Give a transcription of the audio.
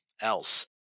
else